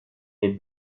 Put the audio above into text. les